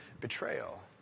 betrayal